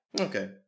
Okay